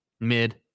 Mid